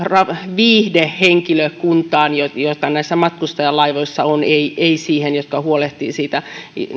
viihdehenkilökuntaan jota näissä matkustajalaivoissa on ei ei niihin jotka huolehtivat